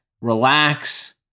relax